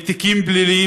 מתיקים פליליים,